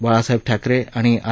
बाळासाहेब ठाकरे आणि आर